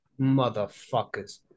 Motherfuckers